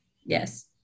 Yes